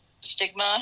stigma